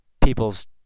people's